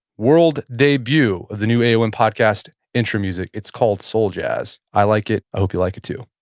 world debut of the new aom podcast, intro music. it's called soul jazz. i like it. i hope you like it too